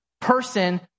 person